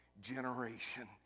generation